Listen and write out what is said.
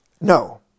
No